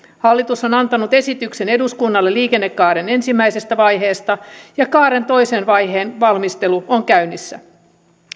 hallitus on antanut esityksen eduskunnalle liikennekaaren ensimmäisestä vaiheesta ja kaaren toisen vaiheen valmistelu on käynnissä